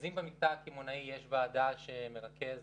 אם במקטע הקמעונאי יש ועדה שמרכז